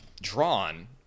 drawn